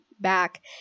back